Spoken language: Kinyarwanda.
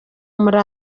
muri